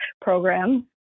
program